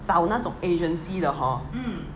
找那种 agency 的 hor